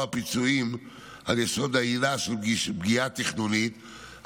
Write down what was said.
פיצויים על יסוד העילה של פגיעה תכנונית,